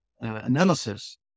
analysis